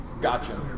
Gotcha